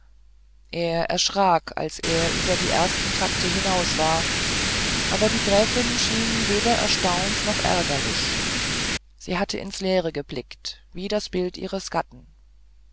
er erschrak als er über die ersten takte hinaus war aber die gräfin schien weder erstaunt noch ärgerlich sie hatte ins leere geblickt wie das bild ihres gatten